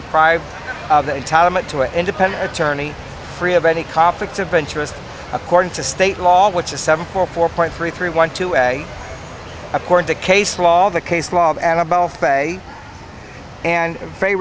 deprived to an independent attorney free of any conflicts of interest according to state law which is seven four four point three three one two according to case law the case law and i both pay and pray